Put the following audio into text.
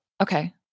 Okay